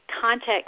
context